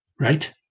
Right